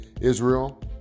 Israel